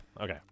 okay